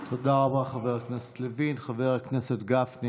יושב-ראש הכנסת היוצא חבר הכנסת יריב לוין